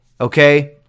okay